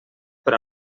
per